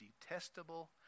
detestable